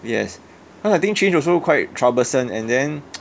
yes cause I think change also quite troublesome and then